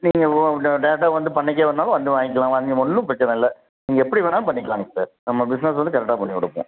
நீங்கள் ஓ டே டேரெக்டாக வந்து பண்ணைக்கே வேணாலும் வந்து வாங்கிக்கலாம் வாங்க ஒன்றும் பிரச்சனை இல்லை நீங்கள் எப்படி வேணாலும் பண்ணிக்கலாங்க சார் நம்ம பிஸ்னஸ் வந்து கரெக்டாக பண்ணிக் கொடுப்போம்